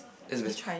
that's very smart